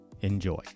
Enjoy